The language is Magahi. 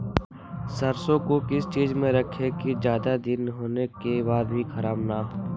सरसो को किस चीज में रखे की ज्यादा दिन होने के बाद भी ख़राब ना हो?